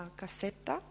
cassetta